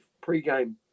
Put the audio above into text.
pre-game